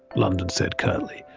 london said curtly,